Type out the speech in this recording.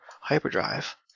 hyperdrive